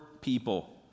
people